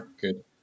good